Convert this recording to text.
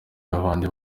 babandi